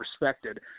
respected